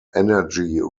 energy